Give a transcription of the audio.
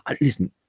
Listen